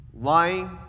lying